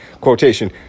quotation